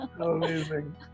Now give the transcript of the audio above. Amazing